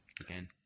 again